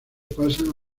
pasan